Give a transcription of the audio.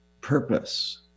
purpose